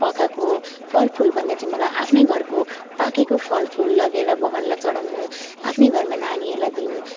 पकाएको फल फुल भन्दा चाहिँ मलाई आफ्नै घरको पाकेको फल फुल लगेर भगवान्लाई चढाउनु आफ्नै घरमा नानीहरूलाई दिनु